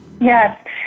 Yes